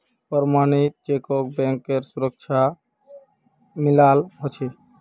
प्रमणित चेकक बैंकेर सुरक्षा मिलाल ह छे